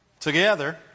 Together